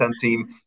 team